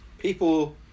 People